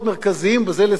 המפתח האחד,